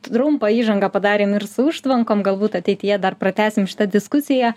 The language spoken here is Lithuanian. trumpą įžangą padarėm ir su užtvankom galbūt ateityje dar pratęsim šitą diskusiją